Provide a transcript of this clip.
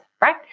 right